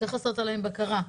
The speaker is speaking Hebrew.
שצריך לעשות עליהן בקרה.